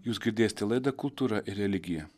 jūs girdėsite laidą kultūra ir religija